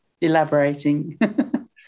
elaborating